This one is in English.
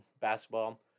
basketball